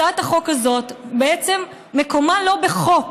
הצעת החוק הזאת בעצם מקומה לא בחוק.